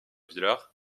villars